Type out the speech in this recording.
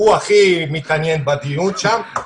הוא הכי מתעניין בדיון שם.